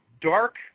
dark